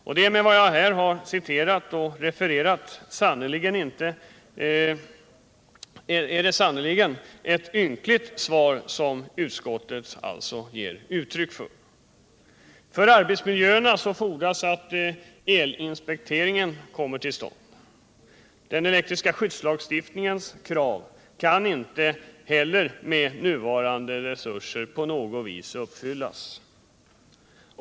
Det är med tanke på vad jag här har refererat sannerligen ett ynkligt svar som utskottet ger. För arbetsmiljöerna fordras det att elinspekteringen kommer till stånd. Den elektriska skyddslagstiftningens krav kan inte heller med nuvarande resurser på något vis uppfyllas.